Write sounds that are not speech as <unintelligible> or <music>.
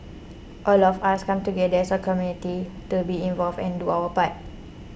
all of us come together as a community to be involved and do our <unintelligible>